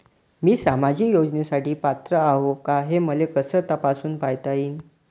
मी सामाजिक योजनेसाठी पात्र आहो का, हे मले कस तपासून पायता येईन?